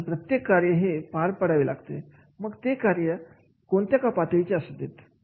आणि प्रत्येक कार्य हे पार पाडावे लागते मग ते कोणत्या का पातळीचे असू देत